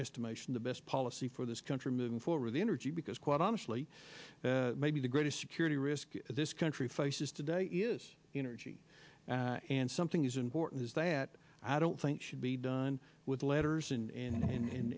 estimation the best policy for this country moving forward the energy because quite honestly maybe the greatest security risk this country faces today is energy and something as important as that i don't think should be done with letters